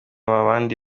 amabandi